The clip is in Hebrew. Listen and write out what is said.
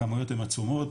הכמויות הן עצומות,